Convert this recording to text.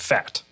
Fat